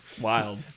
Wild